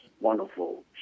wonderful